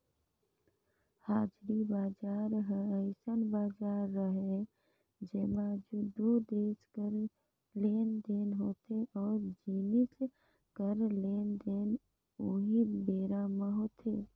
हाजिरी बजार ह अइसन बजार हरय जेंमा दू देस कर लेन देन होथे ओ जिनिस कर लेन देन उहीं बेरा म होथे